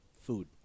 food